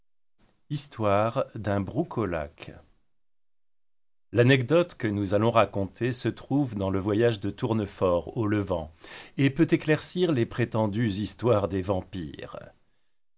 histoire d'un broucolaque l'anecdote que nous allons raconter se trouve dans le voyage de tournefort au levant et peut éclaircir les prétendues histoires des vampires